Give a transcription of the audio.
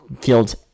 field's